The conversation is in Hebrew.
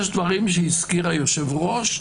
יש דברים שהזכיר היושב-ראש,